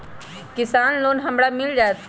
किसान लोन हमरा मिल जायत?